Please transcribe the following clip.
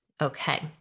Okay